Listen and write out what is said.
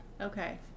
okay